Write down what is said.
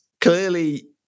clearly